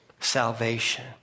salvation